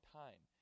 time